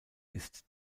ist